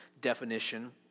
definition